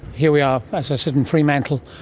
here we are, as i said, in fremantle,